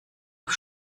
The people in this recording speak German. auf